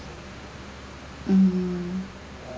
hmm